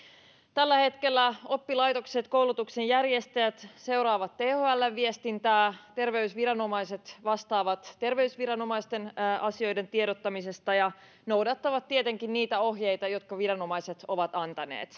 tällä hetkellä oppilaitokset ja koulutuksen järjestäjät seuraavat thln viestintää terveysviranomaiset vastaavat terveysviranomaisten asioiden tiedottamisesta ja noudattavat tietenkin niitä ohjeita joita viranomaiset ovat antaneet